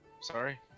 sorry